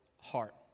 heart